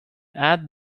add